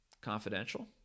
confidential